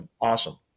awesome